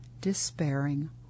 Despairing